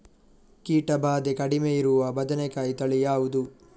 ಕೀಟ ಭಾದೆ ಕಡಿಮೆ ಇರುವ ಬದನೆಕಾಯಿ ತಳಿ ಯಾವುದು?